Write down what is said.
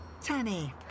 Tanny